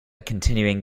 continuing